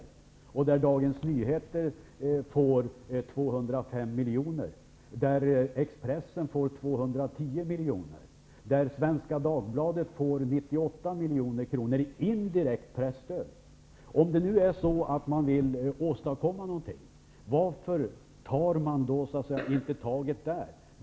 Av detta får Dagens Nyheter 205 miljoner, Expressen Om man i Ny demokrati nu vill åstadkomma något, varför har man då inte föreslagit nedskärningar av det indirekta presstödet?